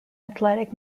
athletic